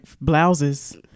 blouses